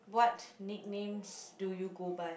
what nicknames do you go by